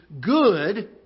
good